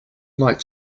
like